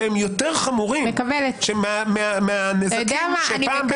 שהם יותר חמורים מהנזקים שפעם בכך